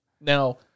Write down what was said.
now